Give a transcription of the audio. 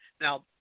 Now